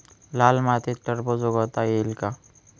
लाल मातीत टरबूज उगवता येईल का?